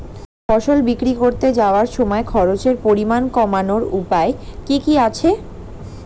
ফসল বিক্রি করতে যাওয়ার সময় খরচের পরিমাণ কমানোর উপায় কি কি আছে?